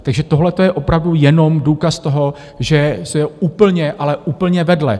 Takže tohle to je opravdu jenom důkaz toho, že jste úplně, ale úplně vedle.